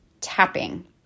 tapping